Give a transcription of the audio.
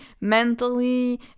mentally